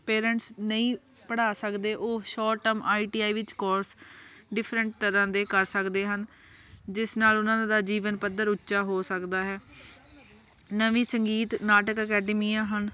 parents ਨਹੀਂ ਪੜ੍ਹਾ ਸਕਦੇ ਉਹ short term I T I ਵਿੱਚ ਕੋਰਸ ਡਿਫਰੈਂਟ ਤਰ੍ਹਾਂ ਦੇ ਕਰ ਸਕਦੇ ਹਨ ਜਿਸ ਨਾਲ ਉਹਨਾਂ ਦਾ ਜੀਵਨ ਪੱਧਰ ਉੱਚਾ ਹੋ ਸਕਦਾ ਹੈ ਨਵੀਂ ਸੰਗੀਤ ਨਾਟਕ ਅਕੈਡਮੀਆਂ ਹਨ